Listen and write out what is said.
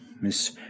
Miss